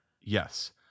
Yes